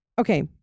Okay